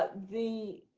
ah the